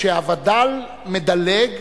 שהווד"ל מדלג